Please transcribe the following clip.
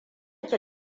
ki